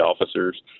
officers